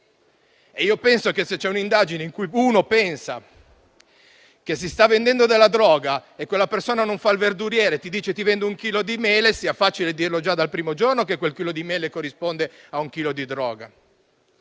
Io penso che, se è in corso un'indagine in cui si pensa che si stia vendendo della droga e la persona coinvolta non fa il verduriere e dice di vendere un chilo di mele, sia facile dirlo già dal primo giorno che quel chilo di mele corrisponde a un chilo di droga.